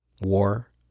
war